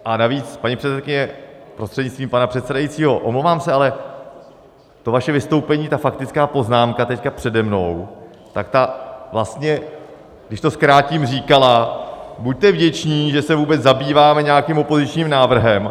A navíc, paní předsedkyně prostřednictvím pana předsedajícího, omlouvám se, ale to vaše vystoupení, ta faktická poznámka teď přede mnou, ta vlastně, když to zkrátím, říkala, buďte vděční, že se vůbec zabýváme nějakým opozičním návrhem.